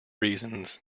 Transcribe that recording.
reasons